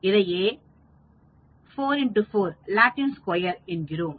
இதையே 4X4 Latin square என்கிறோம்